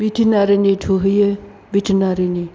भेटेनारिनि थुहैयो भेटेनारिनि